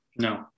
No